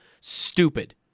stupid